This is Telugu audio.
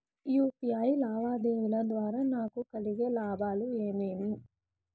యు.పి.ఐ లావాదేవీల ద్వారా నాకు కలిగే లాభాలు ఏమేమీ?